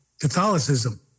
Catholicism